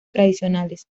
tradicionales